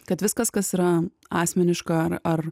kad viskas kas yra asmeniška ar